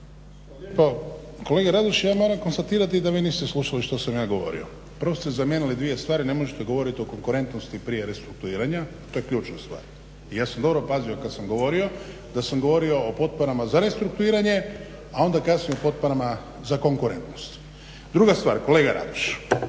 Kolega Radoš ja moram konstatirati da vi niste slušali što sam ja govorio. Prvo ste zamijenili dvije stvari. Ne možete govoriti o konkurentnosti prije restrukturiranja, to je ključna stvar. I ja sam dobro pazio kada sam govorio da sam govorio o potporama za restrukturiranje, a onda kasnije o potporama za konkurentnost. Druga stvar kolega Radoš,